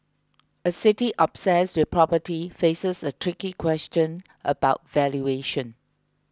a city obsessed with property faces a tricky question about valuation